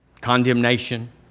condemnation